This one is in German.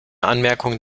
anmerkung